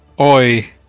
Oi